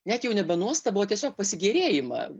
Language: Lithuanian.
net jau nebenuostabąo tiesiog pasigėrėjimą